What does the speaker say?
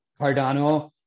Cardano